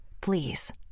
Please